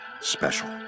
Special